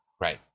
right